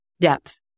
depth